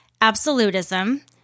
absolutism